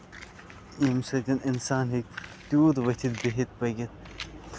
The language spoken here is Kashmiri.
ییٚمہِ سۭتۍ اِنسان ہٮ۪کہِ تیوٗت ؤتِتھ بِہِتھ پٔکِتھ